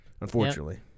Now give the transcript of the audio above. unfortunately